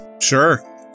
Sure